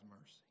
mercy